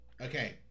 Okay